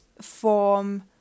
form